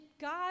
God